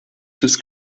sus